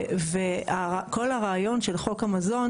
וכל הרעיון של חוק המזון,